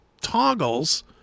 toggles